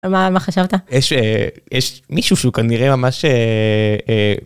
מה מה חשבת? יש מישהו שהוא כנראה ממש...